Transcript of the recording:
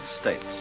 States